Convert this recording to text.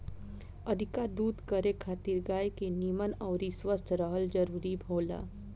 अधिका दूध करे खातिर गाय के निमन अउरी स्वस्थ रहल जरुरी होला